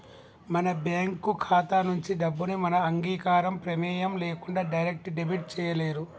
మన బ్యేంకు ఖాతా నుంచి డబ్బుని మన అంగీకారం, ప్రెమేయం లేకుండా డైరెక్ట్ డెబిట్ చేయలేరు